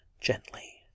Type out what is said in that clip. gently